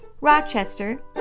Rochester